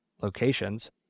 locations